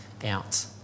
out